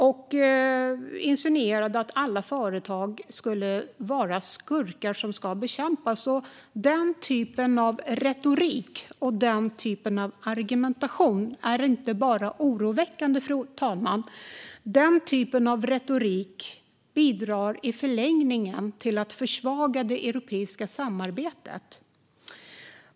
Hon insinuerade att alla företag skulle vara skurkar som ska bekämpas. Den typen av retorik och argumentation är inte bara oroväckande, fru talman. Den typen av retorik bidrar i förlängningen också till att försvaga det europeiska samarbetet.